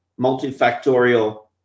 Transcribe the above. multifactorial